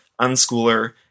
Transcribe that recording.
unschooler